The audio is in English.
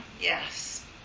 Yes